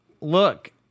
Look